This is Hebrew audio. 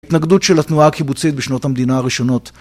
התנגדות של התנועה הקיבוצית בשנות המדינה הראשונות.